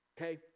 Okay